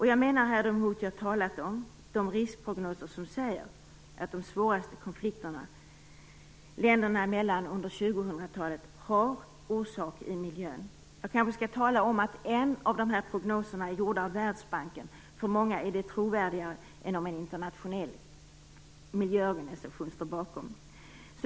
Jag menar här de hot som jag talat om, enligt de riskprognoser som säger att de svåraste konflikterna länderna emellan under 2000-talet har sin orsak i miljön. Jag skall kanske tala om att en av de här prognoserna är gjord av Världsbanken. För många är de trovärdigare än om en internationell miljöorganisation står bakom.